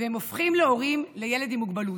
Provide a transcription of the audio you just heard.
והם הפכים להורים לילד עם מוגבלות.